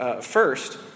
First